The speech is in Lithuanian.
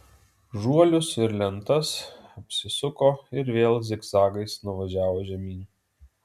žuolius ir lentas apsisuko ir vėl zigzagais nuvažiavo žemyn